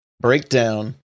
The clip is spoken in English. breakdown